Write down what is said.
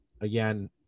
again